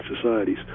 societies